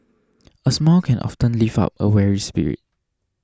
a smile can often lift up a weary spirit